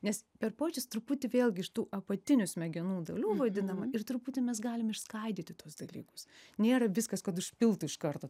nes per pojūčius truputį vėlgi iš tų apatinių smegenų dalių vaidinama ir truputį mes galim išskaidyti tuos dalykus nėra viskas kad užpiltų iš karto